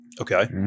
okay